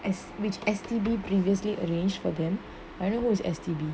as which S_T_B previously arranged for them I don't know who's S_T_B